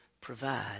provide